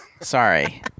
sorry